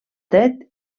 dret